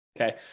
okay